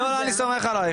אני סומך עליך.